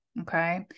Okay